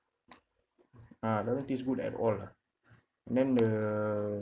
ah never taste good at all lah then the